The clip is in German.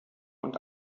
und